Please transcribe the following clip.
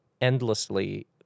endlessly